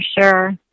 sure